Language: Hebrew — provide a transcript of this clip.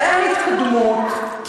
ואין התקדמות,